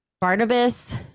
barnabas